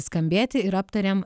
skambėti ir aptariam